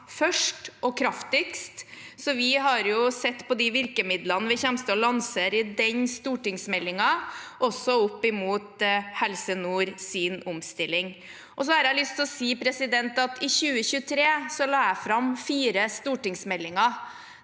først og kraftigst, så vi har sett på de virkemidlene vi kommer til å lansere i den stortingsmeldingen, også opp mot Helse nords omstilling. Jeg har lyst til å si at jeg i 2023 la fram fire stortingsmeldinger.